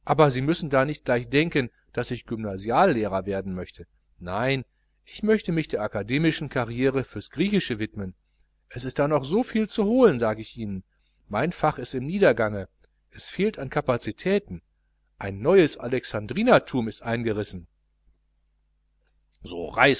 aber sie müssen da nicht gleich denken daß ich gymnasiallehrer werden möchte nein ich möchte mich der akademischen carriere fürs griechische widmen es ist da noch viel zu holen sag ich ihnen mein fach ist im niedergange es fehlt an kapazitäten ein neues alexandrinertum ist eingerissen so